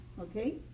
okay